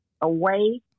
away